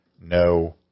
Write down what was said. no